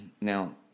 Now